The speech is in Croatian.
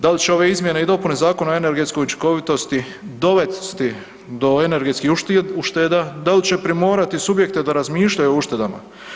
Da li će ove izmjene i dopune Zakona o energetskoj učinkovitosti dovesti do energetskih ušteda, da li će primorati subjekte da razmišljaju o uštedama?